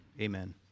amen